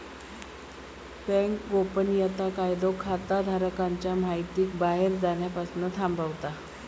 bank गोपनीयता कायदो खाताधारकांच्या महितीक बाहेर जाण्यापासना थांबवता